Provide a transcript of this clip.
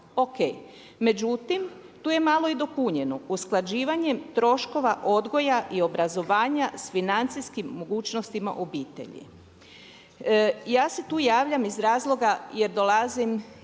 međutim tu je malo i dopunjeno, usklađivanjem troškova odgoja i obrazovanja s financijskim mogućnostima obitelji. Ja se tu javljam iz razloga jer dolazim iz